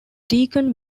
deacon